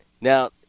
Now